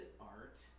art